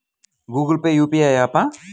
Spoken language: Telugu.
గూగుల్ పే యూ.పీ.ఐ య్యాపా?